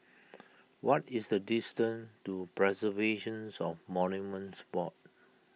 what is the distance to Preservations of Monuments Board